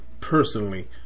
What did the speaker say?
personally